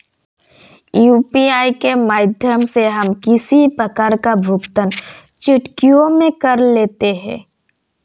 UPI के माध्यम से हम किसी प्रकार का भुगतान चुटकियों में कर लेते हैं